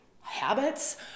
habits